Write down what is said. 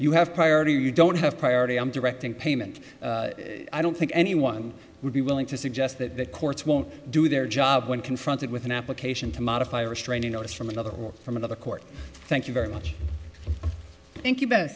you have priority or you don't have priority i'm directing payment i don't think anyone would be willing to suggest that courts won't do their job when confronted with an application to modify restraining orders from another or from another court thank you very much